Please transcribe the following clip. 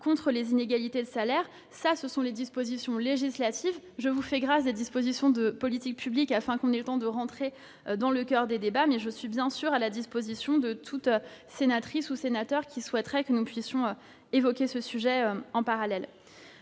de telles inégalités. Ce sont des dispositions législatives. Je vous fais grâce des dispositions des politiques publiques, afin que nous ayons le temps d'entrer dans le coeur des débats, mais je suis bien sûr à la disposition de toute sénatrice ou de tout sénateur qui souhaiterait que nous puissions évoquer ce sujet en parallèle.